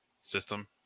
system